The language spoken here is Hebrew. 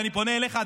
ואני פונה אליך,